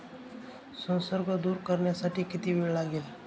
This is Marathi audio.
संसर्ग दूर करण्यासाठी किती वेळ लागेल?